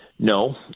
No